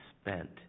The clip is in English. spent